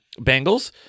Bengals